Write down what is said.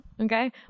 okay